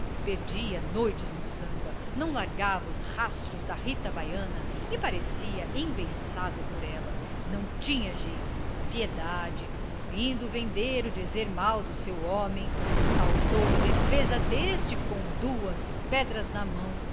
perdia noites no samba não largava os rastros da rita baiana e parecia embeiçado por ela não tinha jeito piedade ouvindo o vendeiro dizer mal do seu homem saltou em defesa deste com duas pedras na mão